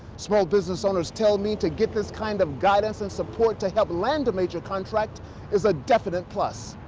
small business owners tell me to get this kind of guidance and support to help land a major contract is a definite plus.